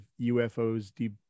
UFOs